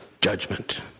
judgment